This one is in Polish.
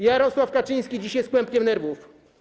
Jarosław Kaczyński dziś jest kłębkiem nerwów.